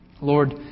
Lord